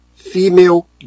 female